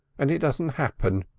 and it doesn't happen.